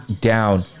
down